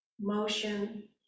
motion